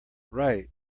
right